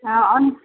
हा आणि